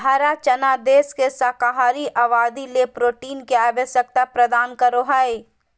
हरा चना देश के शाकाहारी आबादी ले प्रोटीन के आवश्यकता प्रदान करो हइ